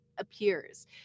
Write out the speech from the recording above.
appears